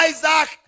Isaac